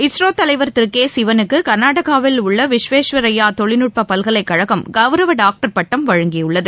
இஸ்ரோ தலைவர் திரு கே சிவனுக்கு கர்நாடகாவில் உள்ள விஸ்வேஸ்வரய்யா தொழில்நுட்ப பல்கலைக்கழகம் கவுரவ டாக்டர் பட்டம் வழங்கியுள்ளது